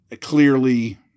Clearly